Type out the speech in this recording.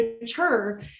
mature